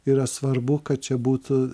yra svarbu kad čia būtų